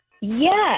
Yes